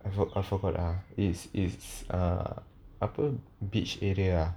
I forgot I forgot ah it's it's uh apa beach area ah